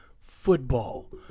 football